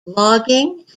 logging